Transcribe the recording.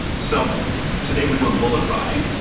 so today we're doing bulleit rye,